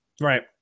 right